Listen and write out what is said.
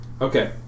Okay